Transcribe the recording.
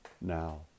Now